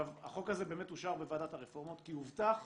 החוק הזה אושר בוועדת הרפורמות כי הובטח,